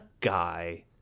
guy